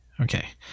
okay